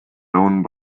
owned